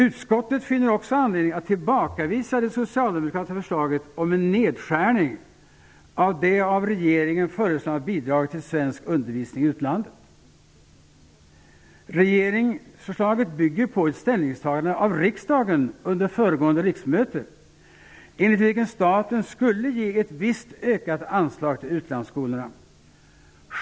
Utskottet finner också anledning att tillbakavisa det socialdemokratiska förslaget om en nedskärning av det av regeringen föreslagna bidraget till svensk undervisning i utlandet. Regeringsförslaget bygger på ett ställningstagande av riksdagen under föregående riksmöte, enligt vilket staten skulle ge ett visst ökat anslag till utlandsskolorna.